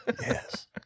Yes